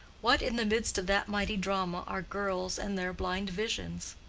what in the midst of that mighty drama are girls and their blind visions?